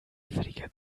anfälliger